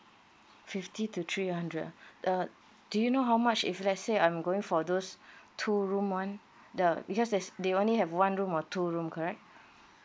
fifty to three hundred uh do you know how much if let's say I'm going for those two room one the because there's they only have one room or two room correct